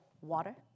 water